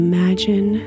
Imagine